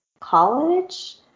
college